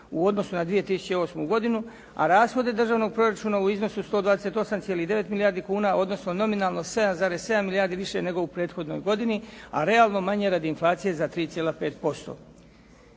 u odnosu na 2008. godinu, a rashode državnog proračuna u iznosu 128,9 milijardi kuna, odnosno nominalno 7,7 milijardi više nego u prethodnoj godini, a realno manje radi inflacije za 3,5%.